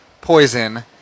poison